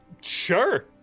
Sure